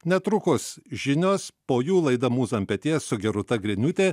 netrukus žinios po jų laida mūza ant peties su gerūta griniūtė